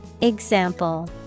Example